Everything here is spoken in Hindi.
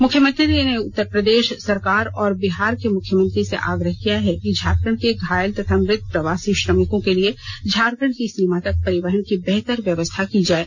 मुख्यमंत्री ने उत्तर प्रदेश सरकार और बिहार के मुख्यमंत्री से आग्रह किया है कि झारखण्ड के घायल तथा मृत प्रवासी श्रमिकों के लिए झारखण्ड की सीमा तक परिवहन की बेहतर व्यवस्था की जाये